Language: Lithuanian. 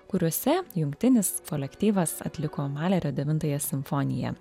kuriuose jungtinis kolektyvas atliko malerio devintąją simfoniją